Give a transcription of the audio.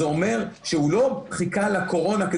זה אומר שהוא לא חיכה לקורונה,